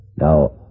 Now